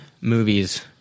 movies